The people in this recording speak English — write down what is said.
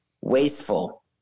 wasteful